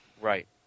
Right